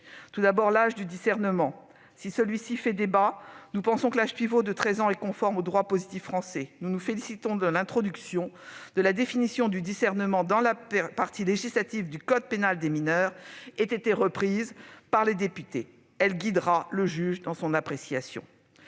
notamment de l'âge du discernement. Si celui-ci fait débat, nous pensons que l'âge pivot de 13 ans est conforme au droit positif français, et nous nous réjouissons que l'introduction de la définition du discernement dans la partie législative du code pénal des mineurs ait été reprise par les députés ; elle guidera le juge dans son appréciation.